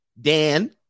Dan